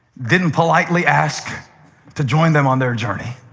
didn't politely ask to join them on their journey.